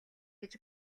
гэж